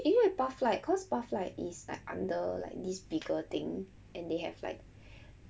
因为 pathlight cause pathlight is like under like this bigger thing and they have like